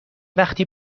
وقتی